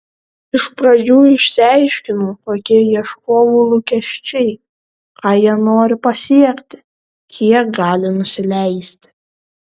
iš pradžių išsiaiškinau kokie ieškovų lūkesčiai ką jie nori pasiekti kiek gali nusileisti